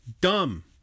dumb